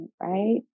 right